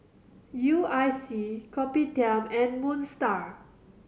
U I C Kopitiam and Moon Star